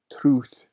truth